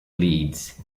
leads